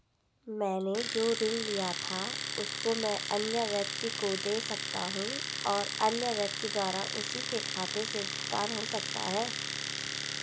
मैंने जो ऋण लिया था उसको मैं अन्य व्यक्ति को दें सकता हूँ और अन्य व्यक्ति द्वारा उसी के खाते से भुगतान हो सकता है?